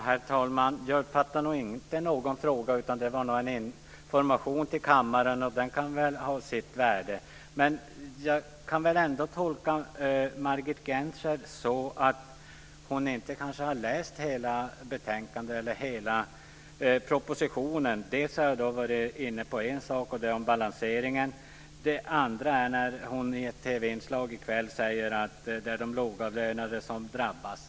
Herr talman! Jag uppfattade inte någon fråga, utan detta var nog mer information till kammaren - och den kan väl ha sitt värde. Jag kan ändå tolka Margit Gennser så att hon kanske inte har läst hela betänkandet och hela propositionen. För det första är det balanseringen, som jag har varit inne på. För det andra säger hon i ett TV-inslag i kväll att det är de lågavlönade som drabbas.